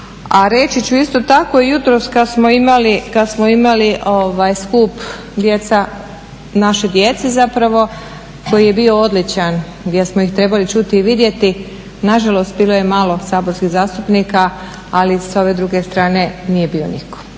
reći ću isto tako jutros kad smo imali skup naše djece koji je bio odličan gdje smo ih trebali čuti i vidjeti nažalost bilo je malo saborskih zastupnika, ali sa ove druge strane nije bio nitko.